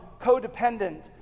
codependent